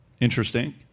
Interesting